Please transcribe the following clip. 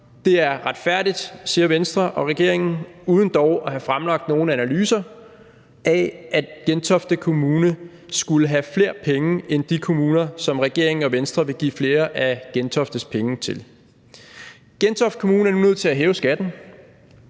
Det er retfærdigt, siger Venstre og regeringen uden dog at have fremlagt nogen analyser af, at Gentofte Kommune skulle have flere penge end de kommuner, som regeringen og Venstre vil give flere af Gentoftes penge til. Gentofte Kommune er nu nødt til at hæve skatten,